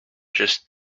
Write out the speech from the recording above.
just